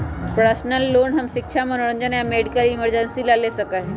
personal loan हम शिक्षा मनोरंजन या मेडिकल इमरजेंसी ला ले सका ही